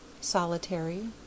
solitary